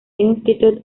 institute